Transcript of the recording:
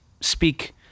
speak